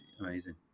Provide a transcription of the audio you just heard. amazing